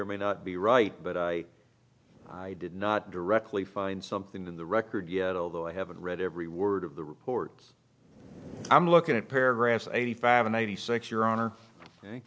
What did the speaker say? or may not be right but i i did not directly find something in the record yet although i haven't read every word of the reports i'm looking at paragraph eighty five and eighty six your honor